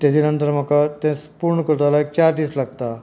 ताज्या नंतर म्हाका तें पूर्ण करतलो जाल्यार एक चार दीस लागता